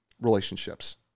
relationships